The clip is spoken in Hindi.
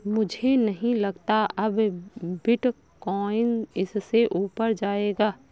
मुझे नहीं लगता अब बिटकॉइन इससे ऊपर जायेगा